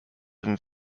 and